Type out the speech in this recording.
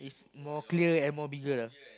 more clear and more bigger lah